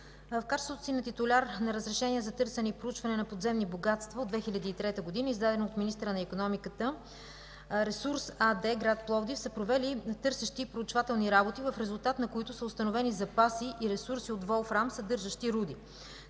В качеството си на титуляр на разрешения за търсене и проучване на подземни богатства от 2003 г., издаден от министъра на икономиката „Ресурс” АД град Пловдив са провели търсещи и проучвателни работи, в резултат на които са установени запаси и ресурси от волфрам, съдържащи руди.